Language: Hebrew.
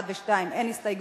לסעיפים 1 ו-2 אין הסתייגויות,